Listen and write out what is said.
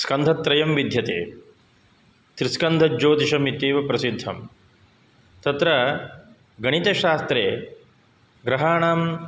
स्कन्धत्रयं विद्यते त्रिस्कन्धज्योतिषमित्येव प्रसिद्धं तत्र गणितशास्त्रे ग्रहाणां